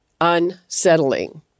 unsettling